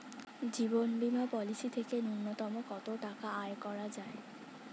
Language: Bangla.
জীবন বীমা পলিসি থেকে ন্যূনতম কত টাকা আয় করা যায়?